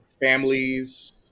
families